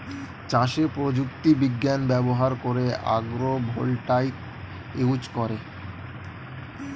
চাষে প্রযুক্তি বিজ্ঞান ব্যবহার করে আগ্রো ভোল্টাইক ইউজ করে